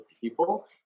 people